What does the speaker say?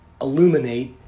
illuminate